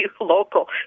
local